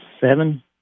Seven